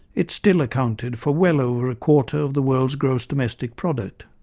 it still accounted for well over a quarter of the world's gross domestic product.